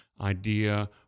idea